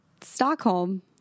Stockholm